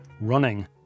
Running